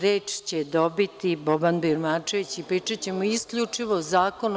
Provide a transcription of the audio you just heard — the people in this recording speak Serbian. Reč će dobiti Boban Birmančević i pričaćemo isključivo o zakonu.